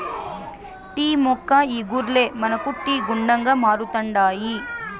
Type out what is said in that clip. tea మొక్క ఇగుర్లే మనకు టీ గుండగా మారుతండాయి